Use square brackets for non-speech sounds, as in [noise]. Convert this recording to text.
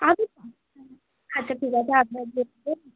আরে [unintelligible] আচ্ছা ঠিক আছে আপনার [unintelligible]